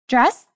Dress